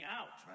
out